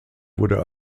wurde